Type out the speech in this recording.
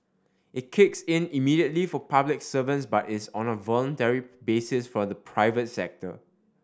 it kicks in immediately for public servants but is on a voluntary basis for the private sector